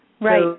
Right